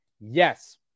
Yes